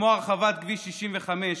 כמו הרחבת כביש 65,